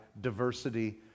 diversity